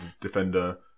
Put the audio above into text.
defender